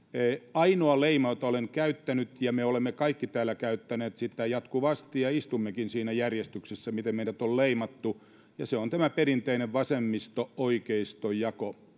ainoa leima jota olen käyttänyt ja me olemme kaikki täällä käyttäneet sitä jatkuvasti ja istummekin siinä järjestyksessä miten meidät on leimattu on tämä perinteinen vasemmisto oikeisto jako